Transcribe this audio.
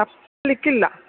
ತಪ್ಪಿಸ್ಲಿಕಿಲ್ಲ